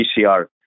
PCR